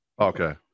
Okay